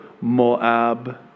Moab